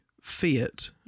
Fiat